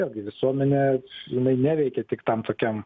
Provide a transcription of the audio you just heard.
vėlgi visuomenė jinai neveikia tik tam tokiam